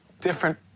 Different